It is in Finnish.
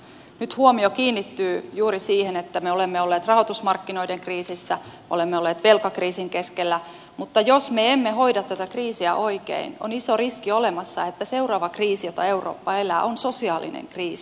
nyt huomio kiinnittyy juuri siihen että me olemme olleet rahoitusmarkkinoiden kriisissä olemme olleet velkakriisin keskellä mutta jos me emme hoida tätä kriisiä oikein on iso riski olemassa että seuraava kriisi jota eurooppa elää on sosiaalinen kriisi